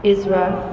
Israel